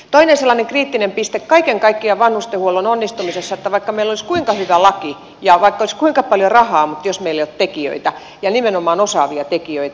toinen sellainen kriittinen piste kaiken kaikkiaan vanhustenhuollon onnistumisessa on se että ei auta vaikka meillä olisi kuinka hyvä laki ja vaikka olisi kuinka paljon rahaa jos meillä ei ole tekijöitä ja nimenomaan osaavia tekijöitä